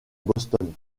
boston